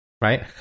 right